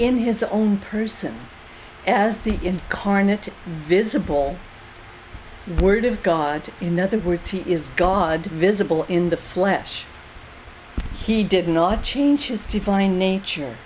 in his own person as the incarnate visible word of god in other words he is god visible in the flesh he did not change just to find nature